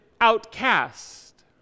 outcast